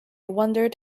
wondered